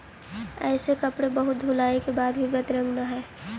ऐसे कपड़े बहुत धुलाई के बाद भी बदरंग न हई